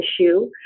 issue